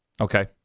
Okay